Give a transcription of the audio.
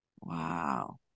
Wow